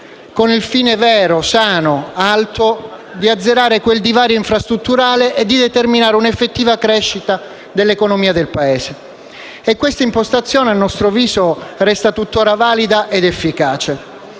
con il fine vero, sano, alto di azzerare quel divario infrastrutturale e di determinare un'effettiva crescita dell'economia del Paese. E questa impostazione, a nostro avviso, resta tuttora valida ed efficace.